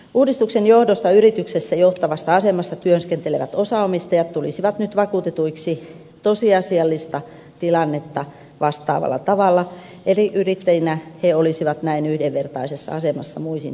uudistuksen johdosta yrityksessä johtavassa asemassa työskentelevät osaomistajat tulisivat nyt vakuutetuiksi tosiasiallista tilannetta vastaavalla tavalla eli yrittäjinä he olisivat näin yhdenvertaisessa asemassa muihin yrittäjiin nähden